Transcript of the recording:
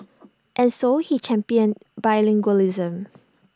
and so he championed bilingualism